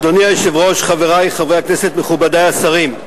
אדוני היושב-ראש, חברי חברי הכנסת, מכובדי השרים,